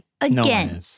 Again